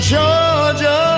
Georgia